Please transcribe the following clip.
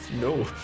No